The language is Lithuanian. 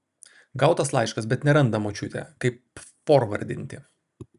gautas laiškas bet neranda močiutė kaip forvardinti